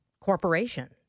corporation